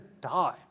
die